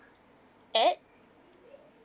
at